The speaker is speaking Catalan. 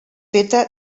feta